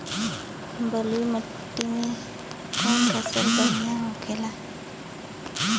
बलुई मिट्टी में कौन फसल बढ़ियां होखे ला?